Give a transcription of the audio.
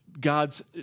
God's